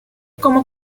como